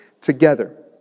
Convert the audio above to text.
together